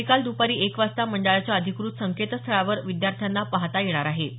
हा निकाल दपारी एक वाजता मंडळाच्या अधिकृत संकेस्थळावर विद्यार्थ्यांना पाहता येणार आहे